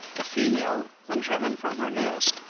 the female, when driven from her nest,